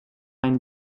ein